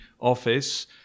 office